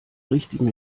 richtigen